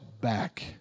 back